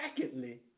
Secondly